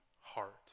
heart